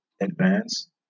advance